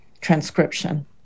transcription